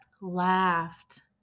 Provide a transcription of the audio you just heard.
laughed